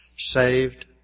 Saved